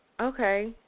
Okay